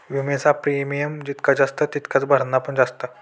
विम्याचा प्रीमियम जितका जास्त तितकाच भरणा पण जास्त